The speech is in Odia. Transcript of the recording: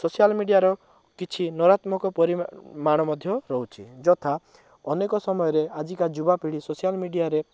ସୋସିଆଲ୍ ମିଡ଼ିଆର କିଛି ନକରାତ୍ମକ ପରିମାଣ ମଧ୍ୟ ରହୁଛି ଯଥା ଅନେକ ସମୟରେ ଆଜିକା ଯୁବା ପିଢ଼ି ସୋସିଆଲ୍ ମିଡ଼ିଆରେ